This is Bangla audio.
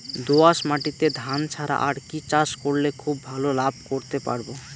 দোয়াস মাটিতে ধান ছাড়া আর কি চাষ করলে খুব ভাল লাভ করতে পারব?